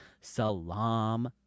Salam